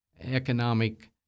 economic